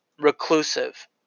reclusive